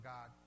God